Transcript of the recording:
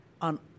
on